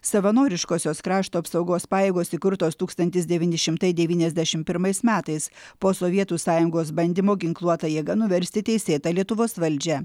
savanoriškosios krašto apsaugos pajėgos įkurtos tūkstantis devyni šimtai devyniasdešim pirmais metais po sovietų sąjungos bandymo ginkluota jėga nuversti teisėtą lietuvos valdžią